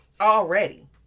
Already